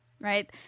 Right